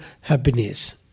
happiness